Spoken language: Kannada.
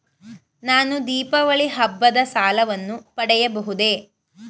ನಾನು ದೀಪಾವಳಿ ಹಬ್ಬದ ಸಾಲವನ್ನು ಪಡೆಯಬಹುದೇ?